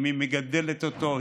היא מגדלת אותו,